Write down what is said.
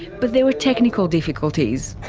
but there were technical difficulties.